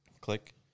Click